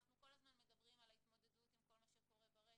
אנחנו כל הזמן מדברים על ההתמודדות עם כל מה שקורה ברשת,